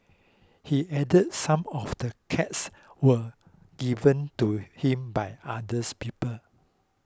he added some of the cats were given to him by others people